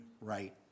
right